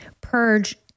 Purge